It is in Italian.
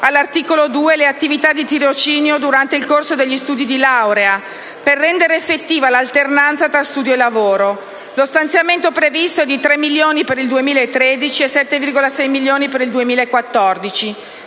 all'articolo 2, le attività di tirocinio durante il corso degli studi di laurea per rendere effettiva l'alternanza tra studio e lavoro. Lo stanziamento previsto è di 3 milioni per il 2013 e 7,6 milioni per il 2014.